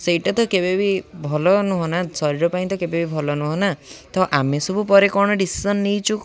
ସେଇଟା ତ କେବେ ବିି ଭଲ ନୁହଁନା ଶରୀର ପାଇଁ ତ କେବେବି ଭଲ ନୁହଁନା ତ ଆମେ ସବୁ ପରେ କ'ଣ ଡିସିସନ୍ ନେଇଛୁ